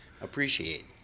appreciate